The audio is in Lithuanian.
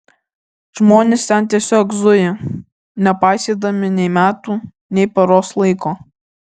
žmonės ten tiesiog zuja nepaisydami nei metų nei paros laiko